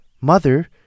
mother